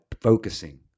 focusing